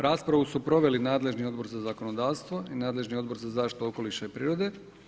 Raspravu su proveli nadležni Odbor za zakonodavstvo i nadležni Odbor za zaštitu okoliša i prirode.